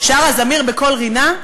שר הזמיר בקול רינה,